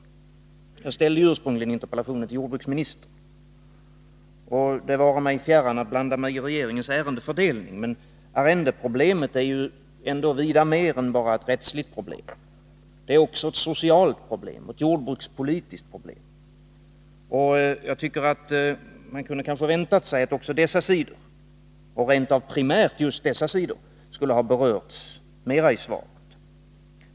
Jag ställde ursprungligen min interpellation till jordbruksministern. Det vare mig fjärran att blanda mig i regeringens ärendefördelning, men arrendeproblemet är ju ändå vida mer än bara ett rättsligt problem. Det är också ett socialt och jordbrukspolitiskt problem. Jag tycker att man kunde ha väntat sig att också dessa sidor — och rent av primärt dessa sidor — skulle ha berörts i svaret.